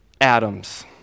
atoms